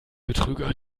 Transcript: betrüger